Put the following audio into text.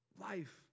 Life